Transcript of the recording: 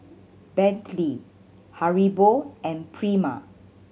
Bentley Haribo and Prima